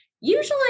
Usually